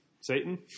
Satan